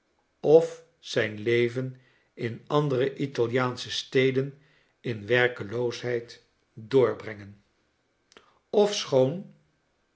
of zijnlevenin andere italiaansche steden in werkeloosheid doorbrengen